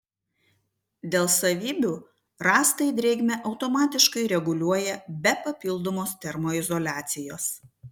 dėl savybių rąstai drėgmę automatiškai reguliuoja be papildomos termoizoliacijos